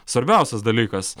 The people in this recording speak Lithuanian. svarbiausias dalykas